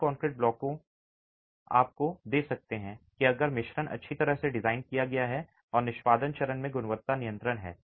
cement concrete block आपको दे सकते हैं कि अगर मिश्रण अच्छी तरह से डिज़ाइन किया गया है और निष्पादन चरण में गुणवत्ता नियंत्रण है